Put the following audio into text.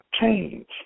change